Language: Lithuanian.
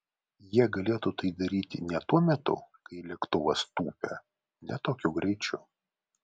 jie galėtų tai daryti ne tuo metu kai lėktuvas tūpia ne tokiu greičiu